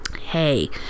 Hey